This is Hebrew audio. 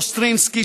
אוסטרניסקי,